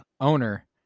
owner